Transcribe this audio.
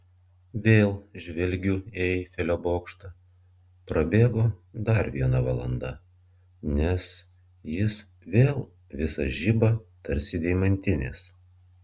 vėl žvelgiu į eifelio bokštą prabėgo dar viena valanda nes jis vėl visas žiba tarsi deimantinis